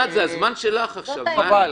חבל,